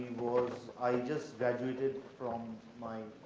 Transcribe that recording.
was, i just graduated from my,